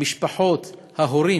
המשפחות, ההורים,